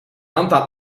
aantal